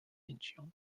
incheon